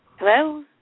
Hello